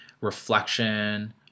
reflection